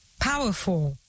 powerful